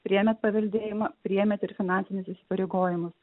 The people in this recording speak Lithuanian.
prie paveldėjimo rėmė ir finansinius įsipareigojimus